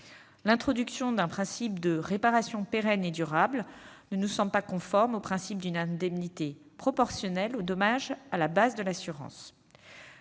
L'introduction d'un principe de « réparation pérenne et durable » ne nous semble pas conforme au principe d'une indemnité proportionnelle au dommage à la base de l'assurance.